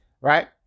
right